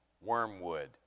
Wormwood